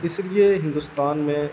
اس لیے ہندوستان میں